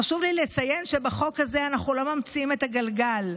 חשוב לי לציין שבחוק הזה אנחנו לא ממציאים את הגלגל.